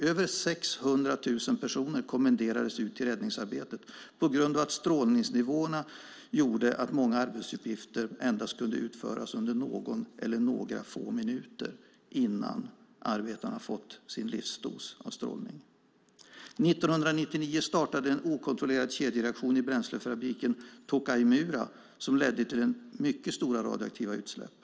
Över 600 000 personer kommenderades ut till räddningsarbete på grund av att strålningsnivåerna gjorde att många arbetsuppgifter kunde utföras endast under någon eller några få minuter innan arbetaren hade fått sin livsdos av strålning. År 1999 startade en okontrollerad kedjereaktion i bränslefabriken i Tokaimura som ledde till mycket stora radioaktiva utsläpp.